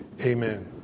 Amen